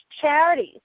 charities